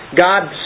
God